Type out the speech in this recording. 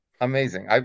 Amazing